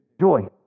Joy